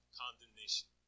condemnation